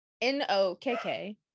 n-o-k-k